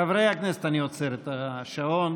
חברי הכנסת, אני עוצר את השעון.